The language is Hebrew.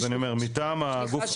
מטעם הגוף,